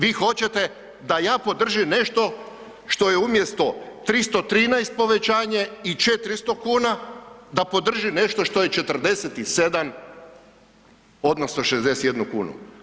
Vi hoćete da ja podržim nešto što je umjesto 313 povećanje i 400 kuna, da podržim nešto što je 47 odnosno 61 kunu?